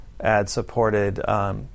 ad-supported